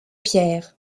pierre